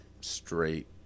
straight